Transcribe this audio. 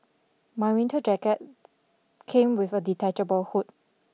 my winter jacket came with a detachable hood